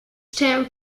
stem